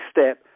step